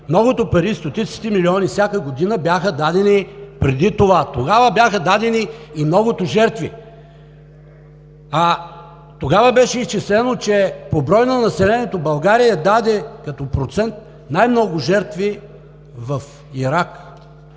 Многото пари, стотиците милиони всяка година бяха дадени преди това. Тогава бяха дадени и многото жертви. Тогава беше изчислено, че по брой на населението България даде като процент най-много жертви в Ирак.